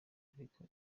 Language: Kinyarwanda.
ariko